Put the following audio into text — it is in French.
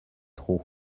trop